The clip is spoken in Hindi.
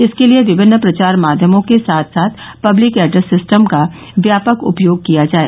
इसके लिये विभिन्न प्रचार माध्यमों के साथ साथ पब्लिक एड्रेस सिस्टम का व्यापक उपयोग किया जाय